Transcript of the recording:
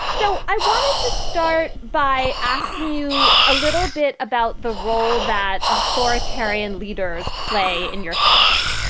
so i wanted to start by asking you a little bit about the role that authoritarian leaders play in your fiction.